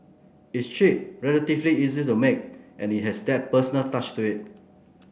it's cheap relatively easy to make and it has that personal touch to it